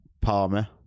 Palmer